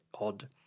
odd